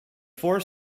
four